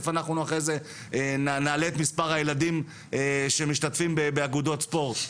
איפה אנחנו נעלה את מספר הילדים שמשתתפים באגודות ספורט.